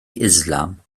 islam